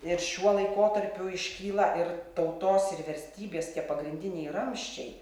ir šiuo laikotarpiu iškyla ir tautos ir verstybės tie pagrindiniai ramsčiai